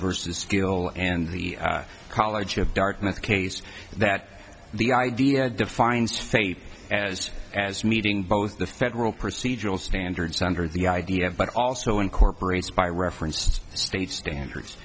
versus skill and the college of dartmouth case that the idea defines faith as as meeting both the federal procedural standards under the idea but also incorporates by referenced state standards